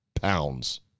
pounds